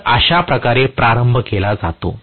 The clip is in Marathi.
तर अशा प्रकारे प्रारंभ केला जातो